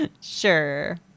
sure